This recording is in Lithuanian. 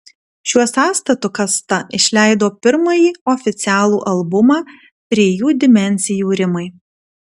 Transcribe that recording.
šiuo sąstatu kasta išleido pirmąjį oficialų albumą trijų dimensijų rimai